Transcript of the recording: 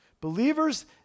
Believers